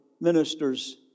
ministers